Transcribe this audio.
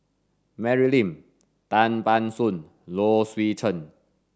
Mary Lim Tan Ban Soon Low Swee Chen